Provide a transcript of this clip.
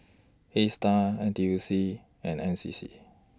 ASTAR N T U C and N C C